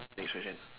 next question